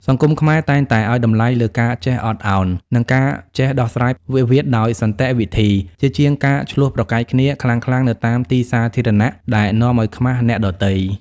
សង្គមខ្មែរតែងតែឱ្យតម្លៃលើ "ការចេះអត់ឱន" និងការចេះដោះស្រាយវិវាទដោយសន្តិវិធី ជាជាងការឈ្លោះប្រកែកគ្នាខ្លាំងៗនៅតាមទីសាធារណៈដែលនាំឱ្យខ្មាសអ្នកដទៃ។